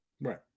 Right